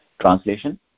Translation